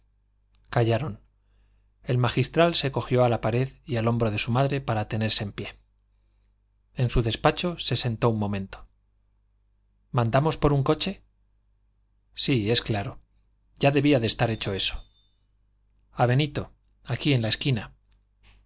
callaron el magistral se cogió a la pared y al hombro de su madre para tenerse en pie en su despacho se sentó un momento mandamos por un coche sí es claro ya debía estar hecho eso a benito aquí en la esquina